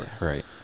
right